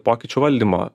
pokyčių valdymo